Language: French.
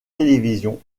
télévisions